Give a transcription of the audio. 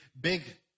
big